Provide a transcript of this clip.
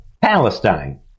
Palestine